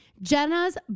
Jenna's